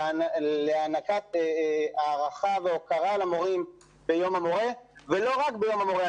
להענקת הערכה והוקרה למורים ביום המורה ולא רק ביום המורה.